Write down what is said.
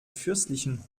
fürstlichen